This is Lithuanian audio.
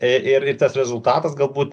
ir tas rezultatas galbūt